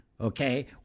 Okay